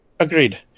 Agreed